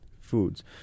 foods